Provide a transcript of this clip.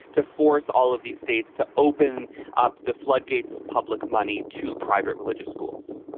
to force all of these states to open up the floodgates of public money to private religious schools